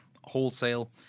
wholesale